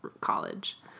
college